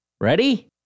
Ready